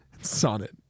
Sonnet